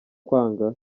kwanga